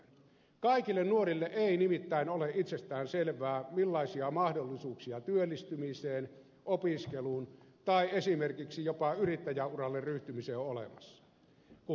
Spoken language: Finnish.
kaikille nuorille ei nimittäin ole itsestäänselvää millaisia mahdollisuuksia työllistymiseen opiskeluun tai esimerkiksi jopa yrittäjäuralle ryhtymiseen on olemassa